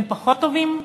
הם פחות טובים?